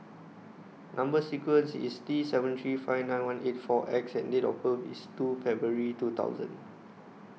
Number sequence IS T seven three five nine one eight four X and Date of birth IS two February two thousand